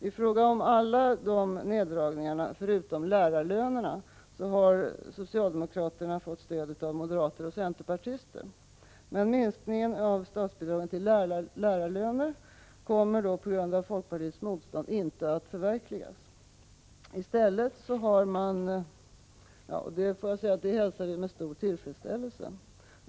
Beträffande alla dessa neddragningar förutom lärarlönerna har socialdemokraterna fått stöd av moderater och centerpartister, men förslaget om minskning av statsbidragen till lärarlöner kommer på grund av folkpartiets motstånd inte att förverkligas. Det hälsar vi med stor tillfredsställelse.